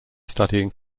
studying